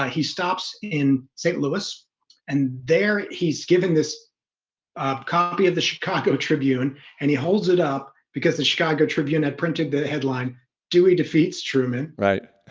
ah he stops in st. louis and there he's given this ah copy of the chicago tribune and he holds it up because the chicago tribune had printed the headline dewey defeats truman right,